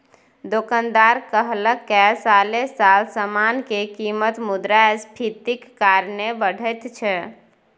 दोकानदार कहलकै साले साल समान के कीमत मुद्रास्फीतिक कारणे बढ़ैत छै